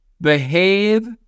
behave